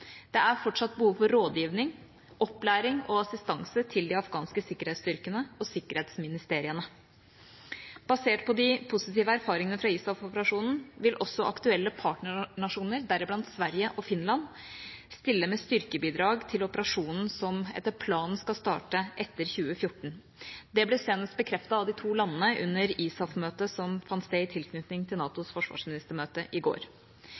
Det er fortsatt behov for rådgivning, opplæring og assistanse til de afghanske sikkerhetsstyrkene og sikkerhetsministeriene. Basert på de positive erfaringene fra ISAF-operasjonen vil også aktuelle partnernasjoner, deriblant Sverige og Finland, stille med styrkebidrag til operasjonen, som etter planen skal starte etter 2014. Det ble senest bekreftet av de to landene under ISAF-møtet som fant sted i tilknytning til NATOs forsvarsministermøte i går.